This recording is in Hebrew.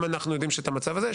אם אנחנו יודעים שיש את המצב הזה,